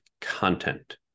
content